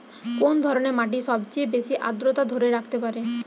কোন ধরনের মাটি সবচেয়ে বেশি আর্দ্রতা ধরে রাখতে পারে?